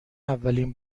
اولین